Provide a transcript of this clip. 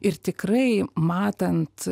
ir tikrai matant